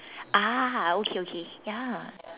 ah okay okay ya